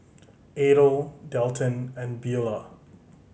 Adel Dalton and Beulah